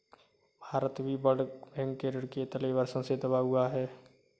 भारत भी World Bank के ऋण के तले वर्षों से दबा हुआ है